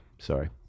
Sorry